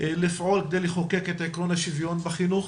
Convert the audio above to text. לפעול כדי לחוקק את עקרון השוויון בחינוך